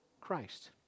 Christ